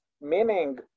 meaning